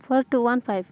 four two one five